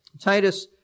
Titus